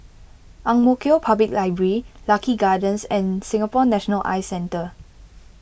Ang Mo Kio Public Library Lucky Gardens and Singapore National Eye Centre